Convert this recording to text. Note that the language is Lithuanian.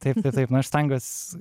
taip taip nu aš stengiuos